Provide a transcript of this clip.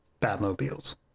Batmobiles